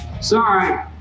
Sorry